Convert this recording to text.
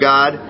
God